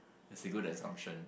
is a good assumption